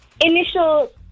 initial